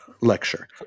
lecture